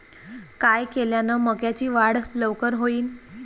काय केल्यान मक्याची वाढ लवकर होईन?